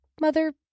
Mother